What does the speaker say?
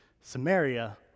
Samaria